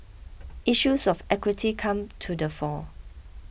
issues of equity come to the fore